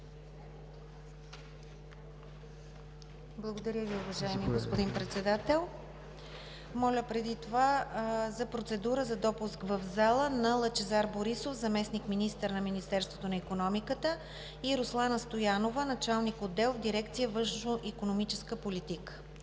Благодаря Ви, уважаеми господин Председател. Моля преди това за процедура за допуск в залата на Лъчезар Борисов – заместник-министър на икономиката, и Руслана Стоянова – началник-отдел в дирекция „Външноикономическа политика“.